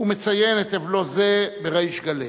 הוא מציין את אבלו זה בריש גלי: